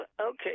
okay